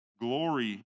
glory